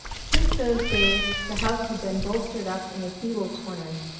since those days the house had been bolstered up in a feeble corner,